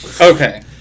okay